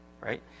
right